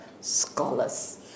scholars